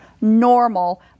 normal